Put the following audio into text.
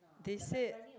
they said